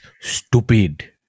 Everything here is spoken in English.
stupid